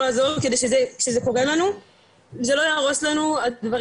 לעזור לנו כדי כשזה קורה לנו זה לא יהרוס לנו הדברים